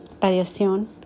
radiación